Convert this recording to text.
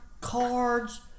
cards